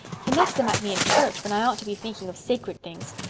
he makes them at me in church when i ought to be thinking of sacred things.